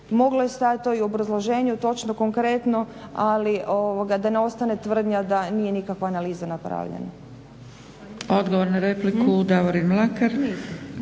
Moglo je stajati to i u obrazloženju točno, konkretno ali da ne ostane tvrdnja da nije nikakva analiza napravljena. **Zgrebec, Dragica (SDP)** Odgovor na repliku, Davorin Mlakar.